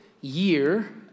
year